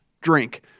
drink